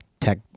tech